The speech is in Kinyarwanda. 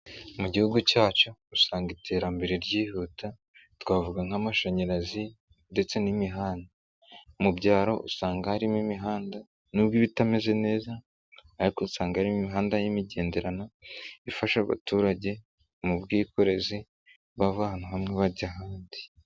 Mu Gihugu cyacu usanga iterambere ryihuta twavuga nk'amashanyarazi ndetse n'imihanda. Mu byaro usanga harimo imihanda nubwo iba itameze neza, ariko usanga ari imihanda y'imigenderano ifasha abaturage mu bwikorezi, bava ahantu hamwe bajya ahandi.